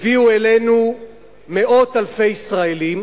הביאה אלינו מאות אלפי ישראלים